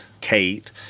Kate